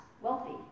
wealthy